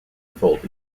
revolt